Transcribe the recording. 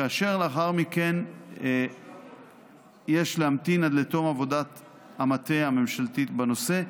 ולאחר מכן יש להמתין עד לתום עבודת המטה הממשלתית בנושא,